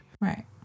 Right